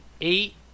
eight